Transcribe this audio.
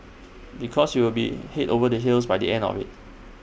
because you will be Head over the heels by the end of IT